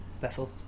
vessel